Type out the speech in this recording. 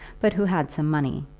but who had some money,